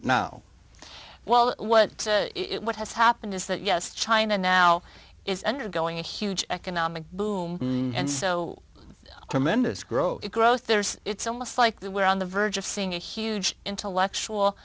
now well what what has happened is that yes china now is undergoing a huge economic boom and so tremendous growth growth there's it's almost like that we're on the verge of seeing a huge intellectual